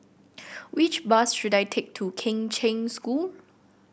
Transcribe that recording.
which bus should I take to Kheng Cheng School